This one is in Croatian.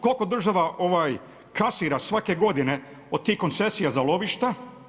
Koliko država kasira svake godine od tih koncesija za lovišta?